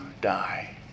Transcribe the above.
die